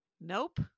nope